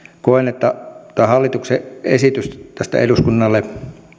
koen että tämä hallituksen esitys eduskunnalle